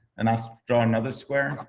and i so draw another square,